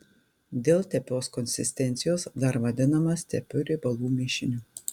dėl tepios konsistencijos dar vadinamas tepiu riebalų mišiniu